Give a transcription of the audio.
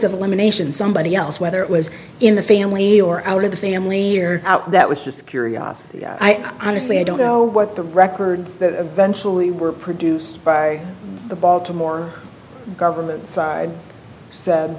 of elimination somebody else whether it was in the family or out of the family here out that was just curiosity i mostly i don't know what the records that eventually were produced by the baltimore government side